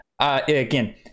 again